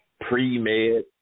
pre-med